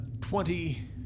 Twenty